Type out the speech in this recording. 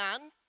man